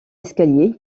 escalier